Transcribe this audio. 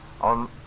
on